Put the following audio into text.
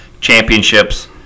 championships